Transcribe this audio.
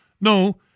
No